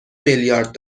میلیارد